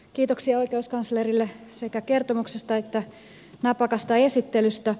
kiitoksia oikeuskanslerille sekä kertomuksesta että napakasta esittelystä